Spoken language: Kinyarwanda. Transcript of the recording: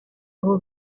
abo